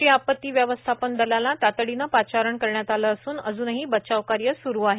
राष्ट्रीय आपती व्यवस्थापन दलाला तातडीनं पाचारण करण्यात आलं असून अजूनही बचाव कार्य स्रू आहे